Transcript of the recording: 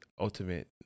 ultimate